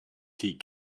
tea